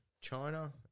China